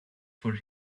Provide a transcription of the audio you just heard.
for